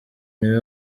niwe